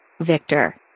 Victor